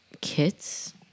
kits